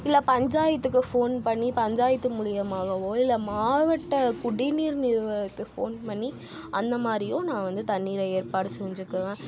இல்லை பஞ்சாயத்துக்கு ஃபோன் பண்ணி பஞ்சாயத்து மூலியமாகவோ இல்ல மாவட்ட குடிநீர் நிலையத்துக்கு ஃபோன் பண்ணி அந்தமாதிரியோ நான் வந்து தண்ணீரை ஏற்பாடு செஞ்சிக்குவேன்